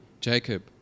Jacob